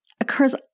occurs